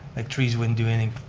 like trees wouldn't do anything.